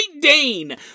Dane